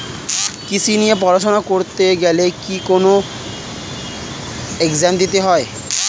কৃষি নিয়ে পড়াশোনা করতে গেলে কি কোন এগজাম দিতে হয়?